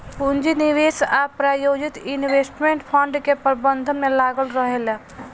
पूंजी निवेश आ प्रायोजित इन्वेस्टमेंट फंड के प्रबंधन में लागल रहेला